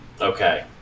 Okay